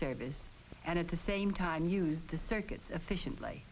service and at the same time use the circuit sufficiently